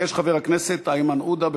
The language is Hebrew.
ביקש חבר הכנסת איימן עודה.